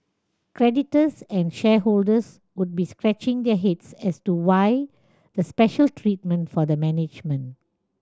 creditors and shareholders would be scratching their heads as to why the special treatment for the management